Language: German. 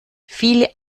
viele